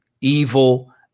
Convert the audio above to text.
evil